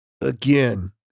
Again